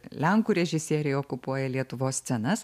lenkų režisieriai okupuoja lietuvos scenas